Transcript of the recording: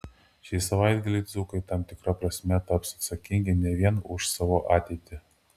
šį savaitgalį dzūkai tam tikra prasme taps atsakingi ne vien už savo ateitį